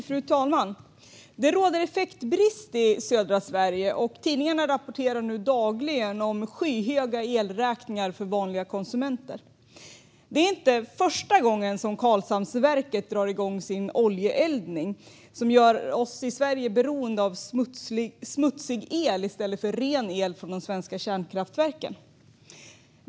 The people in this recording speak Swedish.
Fru talman! Det råder effektbrist i södra Sverige, och tidningarna rapporterar nu dagligen om skyhöga elräkningar för vanliga konsumenter. Det är inte första gången som Karlshamnsverket drar igång sin oljeeldning, vilket gör oss i Sverige beroende av smutsig el stället för ren el från de svenska kärnkraftverken.